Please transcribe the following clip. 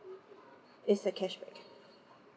it's the cashback